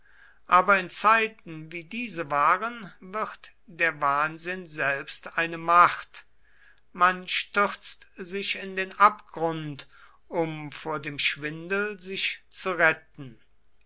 aber in zeiten wie diese waren wird der wahnsinn selbst eine macht man stürzt sich in den abgrund um vor dem schwindel sich zu retten